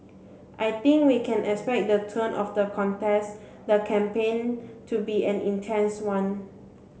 I think we can expect the tone of the contest the campaign to be an intense one